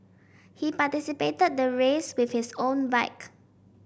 he participated the race with his own bike